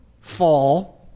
fall